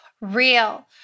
real